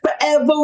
Forever